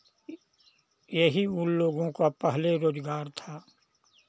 यही उनलोगों का पहले रोजगार था